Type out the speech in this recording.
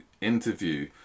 interview